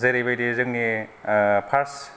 जेरैबादि जोंनि ओ फार्स्ट